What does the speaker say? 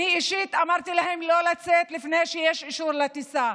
אני אישית אמרתי להם לא לצאת לפני שיש אישור לטיסה.